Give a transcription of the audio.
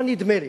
אבל נדמה לי,